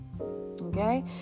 Okay